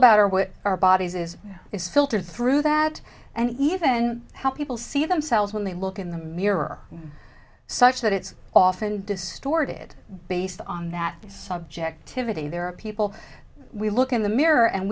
about what our bodies is is filtered through that and even how people see themselves when they look in the mirror such that it's often distorted based on that subjectivity there are people we look in the mirror and